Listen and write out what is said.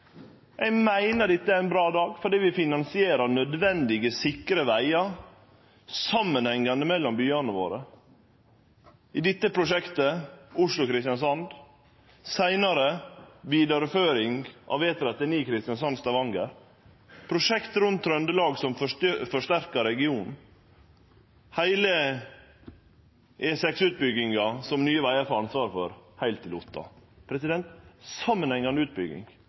Eg meiner dette er ein bra dag fordi vi finansierer nødvendige, sikre og samanhengande vegar mellom byane våre: I dette prosjektet, Oslo–Kristiansand, og seinare vidareføring av E39 Kristiansand–Stavanger, prosjekt rundt Trøndelag som forsterkar regionen, heile E6-utbygginga, som Nye Vegar får ansvaret for, heilt til Otta. Samanhengande utbygging